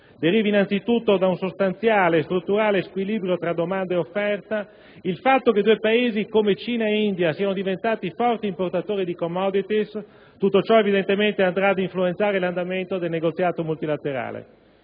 derivi innanzi tutto da un sostanziale, strutturale squilibrio tra domanda e offerta e il fatto che due Paesi come Cina e India siano diventati forti importatori di *commodities* andranno evidentemente ad influenzare l'andamento del negoziato multilaterale.